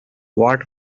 what